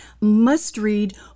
must-read